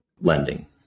lending